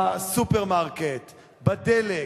בסופרמרקט, בדלק,